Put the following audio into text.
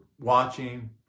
watching